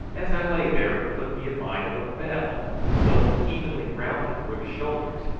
as i lay there it put me in mind of a bell, so evenly rounded were the shoulders,